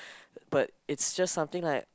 but it's just something like